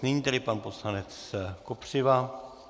Nyní tedy pan poslanec Kopřiva.